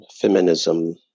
feminism